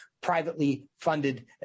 privately-funded